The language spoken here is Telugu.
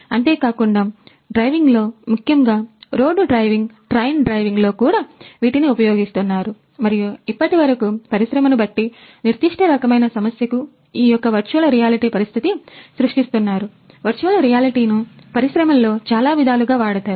అంతేకాకుండా డ్రైవింగ్ లో ముఖ్యముగా రోడ్డు డ్రైవింగ్ ట్రైన్ డ్రైవింగ్ లో కూడా వీటిని ఉపయోగిస్తున్నారు మరియు ఇప్పటివరకూ పరిశ్రమను బట్టి నిర్దిష్ట రకమైన సమస్య కు ఈ యొక్క వర్చువల్ రియాలిటీ పరిస్థితి సృష్టిస్తున్నారు వర్చువల్ రియాలిటీ ను పరిశ్రమలో చాలా విధాలుగా వాడతారు